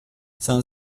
son